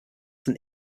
than